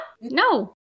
no